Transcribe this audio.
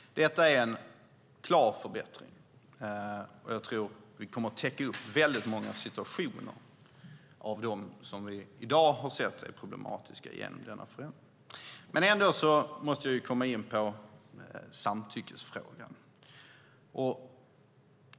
Detta är en klar förbättring. Jag tror att vi genom denna förändring kommer att täcka upp väldigt många situationer av dem som vi i dag har sett är problematiska. Ändå måste jag komma in på samtyckesfrågan.